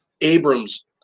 Abrams